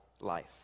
life